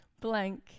blank